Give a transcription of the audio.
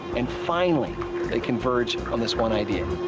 and finally they converge on this one idea.